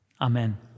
Amen